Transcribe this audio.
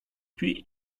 puis